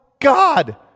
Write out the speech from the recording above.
God